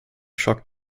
schock